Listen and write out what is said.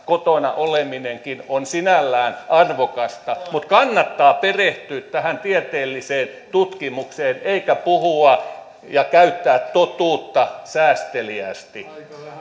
kotona oleminenkin on sinällään arvokasta mutta kannattaa perehtyä tähän tieteelliseen tutkimukseen eikä puhua ja käyttää totuutta säästeliäästi